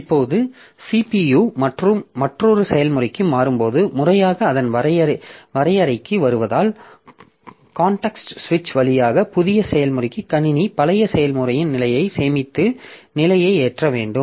இப்போது CPU மற்றொரு செயல்முறைக்கு மாறும்போது முறையாக அதன் வரையறைக்கு வருவதால் காண்டெக்ஸ்ட் சுவிட்ச் வழியாக புதிய செயல்முறைக்கு கணினி பழைய செயல்முறையின் நிலையைச் சேமித்து நிலையை ஏற்ற வேண்டும்